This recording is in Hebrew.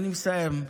אני מסיים.